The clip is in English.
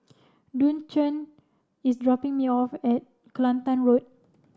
Duncan is dropping me off at Kelantan Road